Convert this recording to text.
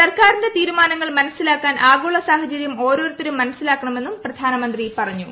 സർക്കാരിന്റെ തീരുമാനങ്ങൾ മനസിലാക്കാൻ ആഗോള സാഹചര്യം ഓരോരുത്തരും മനസ്സിലാക്കണമെന്നും പ്രധാനമന്ത്രി പറഞ്ഞു